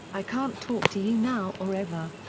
i can't talk to you now or ever.